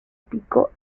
pico